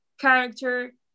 character